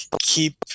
keep